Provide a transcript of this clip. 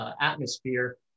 atmosphere